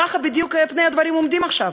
ככה בדיוק הדברים עומדים עכשיו.